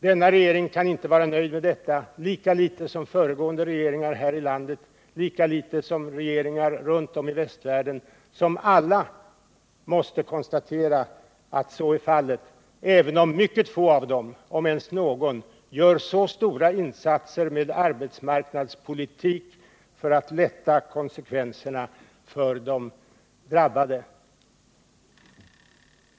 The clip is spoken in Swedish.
Denna regering kan inte vara nöjd med detta lika litet som föregående regeringar och lika litet som regeringarna runt om i västvärlden, som alla måste konstatera att de här Nr 144 problemen föreligger, även om mycket få av dem — om ens någon — gör så Måndagen den stora insatser genom arbetsmarknadspolitiken för att lätta konsekvenserna 14 maj 1979 för de drabbade.